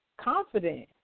Confident